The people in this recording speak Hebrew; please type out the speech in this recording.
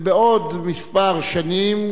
ובעוד כמה שנים,